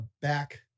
back